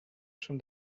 from